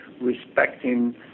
respecting